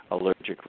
allergic